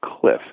cliff